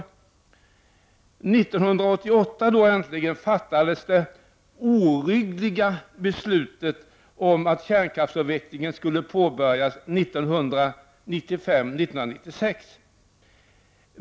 1988 fattades äntligen det ”oryggliga” beslutet om att kärnkraftsavvecklingen skulle påbörjas 1995 och 1996.